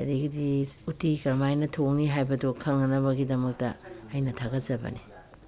ꯑꯗꯒꯤꯗꯤ ꯎꯠꯇꯤ ꯀꯔꯝꯃꯥꯏꯅ ꯊꯣꯡꯅꯤ ꯍꯥꯏꯕꯗꯨ ꯈꯪꯅꯅꯕꯒꯤꯗꯃꯛꯇ ꯑꯩꯅ ꯊꯥꯒꯠꯆꯕꯅꯤ